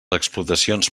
explotacions